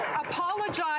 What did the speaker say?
apologize